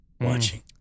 Watching